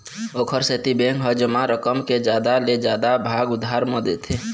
ओखर सेती बेंक ह जमा रकम के जादा ले जादा भाग उधार म देथे